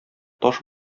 таш